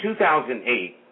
2008